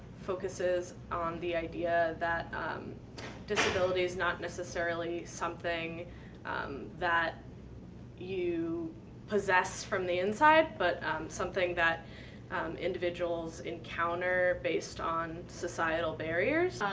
focuses on the idea that disability is not necessarily something that you possess from the inside, but something that individuals encounter based on societal barriers.